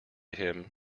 him